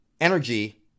energy